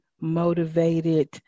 motivated